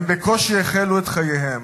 הם בקושי החלו את חייהם